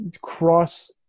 cross